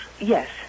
Yes